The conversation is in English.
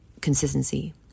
Consistency